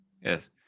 yes